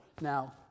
Now